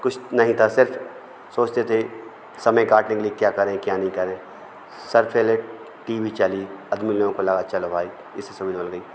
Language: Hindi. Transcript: कुछ नहीं था सिर्फ सोचते थे समय काटने के लिए क्या करें क्या नहीं करें सर पहले टी वी चला आदमी लोगों को लगा चलो भाई इससे समझ बढ़ गई